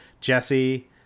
jesse